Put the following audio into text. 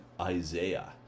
isaiah